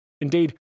indeed